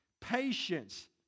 patience